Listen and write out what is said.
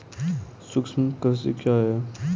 सूक्ष्म कृषि क्या है?